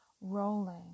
rolling